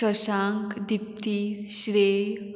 शशांक दिप्ती श्रेय